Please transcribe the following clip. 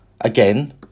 again